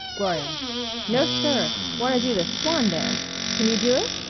gloria no, sir! want to do the swan dance. can you do it?